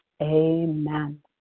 Amen